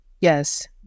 Yes